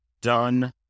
done